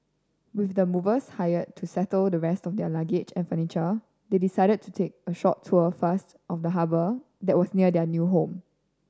with the movers hired to settle the rest of their luggage and furniture they decided to take a short tour of the harbour that was near their new home